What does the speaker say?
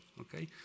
okay